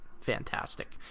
fantastic